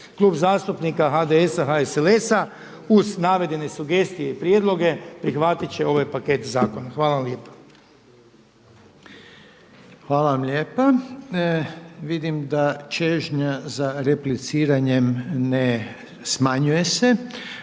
Klub zastupnika HDS-a, HSLS-a uz navedene sugestije i prijedloge prihvatit će ovaj paket zakona. Hvala vam lijepa. **Reiner, Željko (HDZ)** Hvala vam lijepa. Vidim da čežnja za repliciranjem ne smanjuje se.